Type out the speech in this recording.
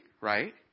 right